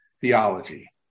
theology